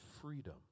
freedom